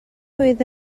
oedd